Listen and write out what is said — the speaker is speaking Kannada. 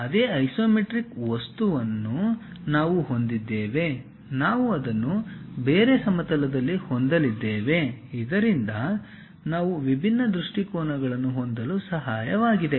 ಆದ್ದರಿಂದ ಅದೇ ಐಸೊಮೆಟ್ರಿಕ್ ವಸ್ತುವನ್ನು ನಾವು ಹೊಂದಿದ್ದೇವೆ ನಾವು ಅದನ್ನು ಬೇರೆ ಸಮತಲದಲ್ಲಿ ಹೊಂದಲಿದ್ದೇವೆ ಇದರಿಂದ ನಾವು ವಿಭಿನ್ನ ದೃಷ್ಟಿಕೋನಗಳನ್ನು ಹೊಂದಲು ಸಹಾಯವಾಗಿದೆ